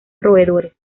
roedores